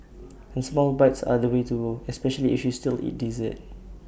and small bites are the way to especially if you still eat dessert